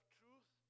truth